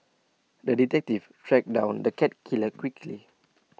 the detective tracked down the cat killer quickly